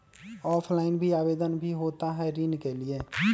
Offline भी आवेदन भी होता है ऋण के लिए?